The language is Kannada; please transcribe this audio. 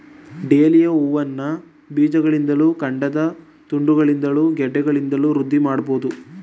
ಡೇಲಿಯ ಹೂವನ್ನ ಬೀಜಗಳಿಂದಲೂ ಕಾಂಡದ ತುಂಡುಗಳಿಂದಲೂ ಗೆಡ್ಡೆಗಳಿಂದಲೂ ವೃದ್ಧಿ ಮಾಡ್ಬಹುದು